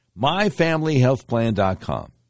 MyFamilyHealthPlan.com